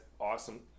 awesome